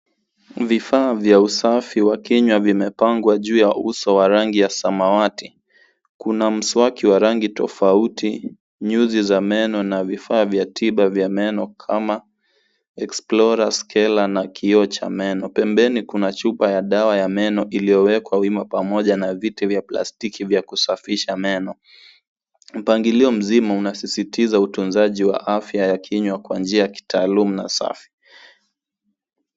Vifaa vya usafi wa kinywa vimepangwa juu uso wa rangi ya samawati. Kuna mswaki wa rangi tofauti, nyuzi za meno na vifaa vya tiba vya meno na kioo cha meno. Pembeni kuna chupa ya dawa ya meno iliyowekwa wima pamoja na viti vya plastiki vya kusafisha meno. Mpangilio mzima unasisitiza utunzaji wa afya ya kinywa kwa njia ya kitaalum na safi.